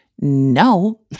no